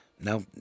Now